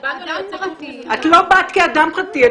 אדם פרטי --- את לא באת כאדם פרטי,